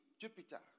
Jupiter